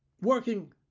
working